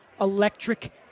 electric